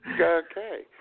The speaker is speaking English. Okay